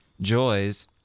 joys